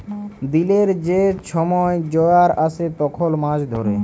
দিলের যে ছময় জয়ার আসে তখল মাছ ধ্যরে